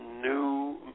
new